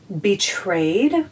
betrayed